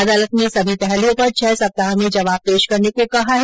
अदालत ने सभी पहलुओं पर छह सप्ताह में जवाब पेश करने को कहा है